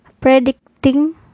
predicting